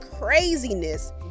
craziness